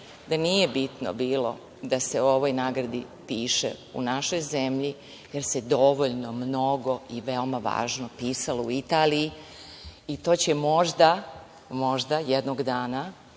da nije bitno bilo da se o ovoj nagradi piše u našoj zemlji, jer se dovoljno mnogo i veoma važno pisalo u Italiji. To će možda, možda jednog dana